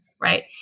Right